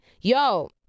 Yo